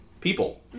people